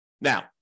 Now